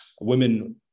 women